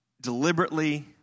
deliberately